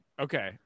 Okay